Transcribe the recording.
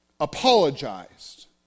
apologized